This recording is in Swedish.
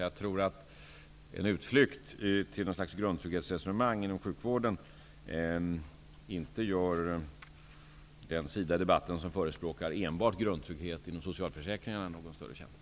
Jag tror alltså inte att en utflykt till något slags grundtrygghetsresonemang inom sjukvården gör den sidan av debatten som förespråkar enbart grundtrygghet inom socialförsäkringarna någon större tjänst.